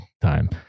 time